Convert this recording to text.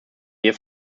wir